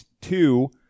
two